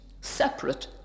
separate